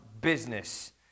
business